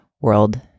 world